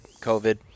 COVID